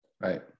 Right